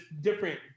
different